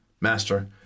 Master